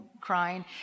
crying